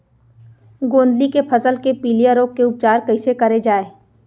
गोंदली के फसल के पिलिया रोग के उपचार कइसे करे जाये?